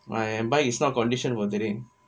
my bike is not condition for today